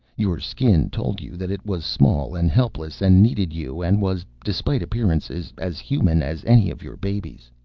your skin told you that it was small and helpless and needed you and was, despite appearances, as human as any of your babies.